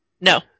No